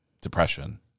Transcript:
depression